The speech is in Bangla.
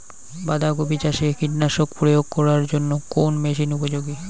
বাঁধা কপি চাষে কীটনাশক প্রয়োগ করার জন্য কোন মেশিন উপযোগী?